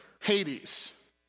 Hades